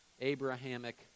Abrahamic